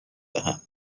دهد